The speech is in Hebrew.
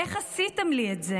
'איך עשיתם לי את זה?